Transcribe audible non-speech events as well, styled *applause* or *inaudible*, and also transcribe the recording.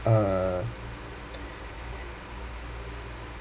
uh *noise*